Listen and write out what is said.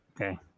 Okay